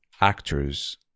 Actors